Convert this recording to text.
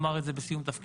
אמר את זה בסיום תפקידו.